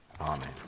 Amen